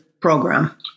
program